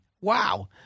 Wow